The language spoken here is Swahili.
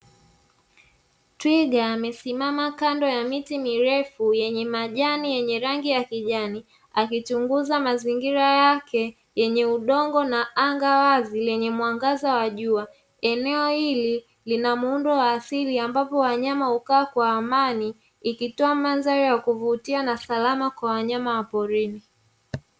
Twiga amesimama kando ya miti mirefu yenye majani yenye rangi ya kijani akichunguza mazingira yake yenye udongo na anga wazi lenye mwangaza wa jua eneo hili lina muundo wa asili, ambapo wanyama hukaa kwa amani ikitoa mazao ya kuvutia na salama kwa wanyama wa porini